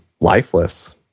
lifeless